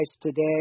today